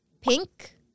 pink